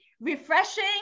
refreshing